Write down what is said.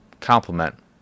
complement